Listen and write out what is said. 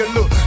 Look